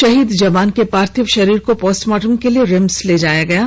शहीद जवान के पार्थिव शरीर को पोस्टमार्टम के लिए रिम्स ले जाया गया है